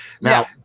Now